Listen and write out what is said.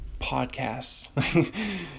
podcasts